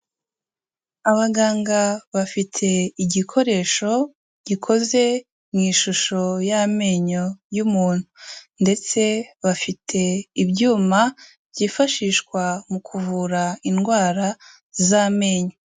Abaganga bafite igikoresho gikoze mu ishusho y'amenyo y'umuntu ndetse bafite ibyuma byifashishwa mu kuvura indwara z'amenyo.